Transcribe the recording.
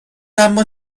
اما